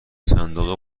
صندوق